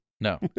No